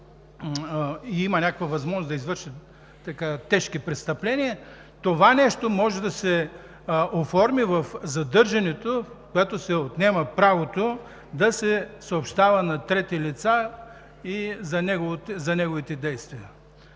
има възможност да извърши тежки престъпления, това нещо може да се оформи в задържане, при което се отнема правото да се съобщава на трети лица за неговите действия.